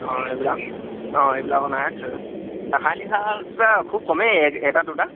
অঁ এইবিলাক অঁ এইবিলাকৰ ৰাসায়নিক সাৰ খুব কমেই এটা দুটা